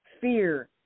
fear